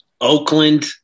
Oakland